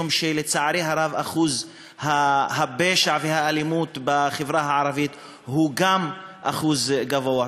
משום שלצערי הרב אחוז הפשע והאלימות בחברה הערבית הוא אחוז גבוה.